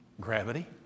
gravity